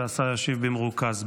והשר ישיב במרוכז.